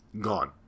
gone